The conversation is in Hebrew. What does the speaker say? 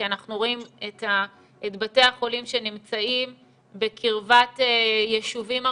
כי אנחנו רואים את בתי החולים שנמצאים בקרבת יישובים ערביים,